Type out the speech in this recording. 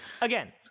Again